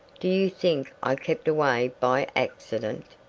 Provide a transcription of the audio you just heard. do you think i kept away by accident?